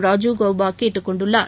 ராஜீவ் கௌபாகேட்டுக் கொண்டுள்ளார்